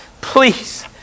please